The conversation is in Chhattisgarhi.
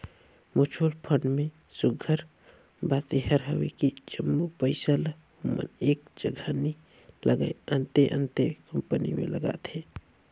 म्युचुअल फंड में सुग्घर बात एहर हवे कि जम्मो पइसा ल ओमन एक जगहा नी लगाएं, अन्ते अन्ते कंपनी में लगाथें